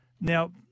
Now